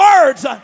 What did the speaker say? words